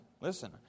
listen